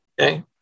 Okay